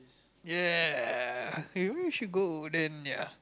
ya maybe we should go over then ya